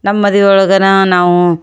ನಮ್ಮ ಮದ್ವೆ ಒಳಗ ನಾವು